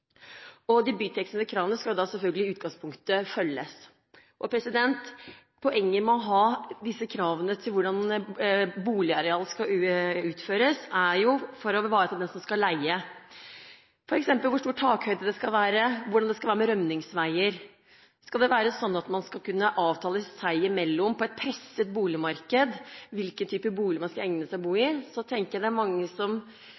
og bruksendring av eksisterende bolig, f.eks. hvis en bod skal endres til boligareal. De byggtekniske kravene skal da selvfølgelig i utgangspunktet følges. Poenget med å ha disse kravene til hvordan boligareal skal utformes, er å ivareta den som skal leie. Det gjelder f.eks. takhøyde og rømningsveier. Hvis det skal være sånn at man skal avtale seg imellom – i et presset boligmarked – om boligen er egnet til å bo i, tenker jeg det er mange som